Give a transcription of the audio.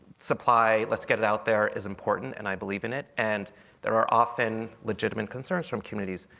supply, let's get it out there, is important and i believe in it. and there are often legitimate concerns from communities.